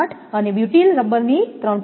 8 અને butyl rubber ની 3